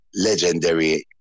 legendary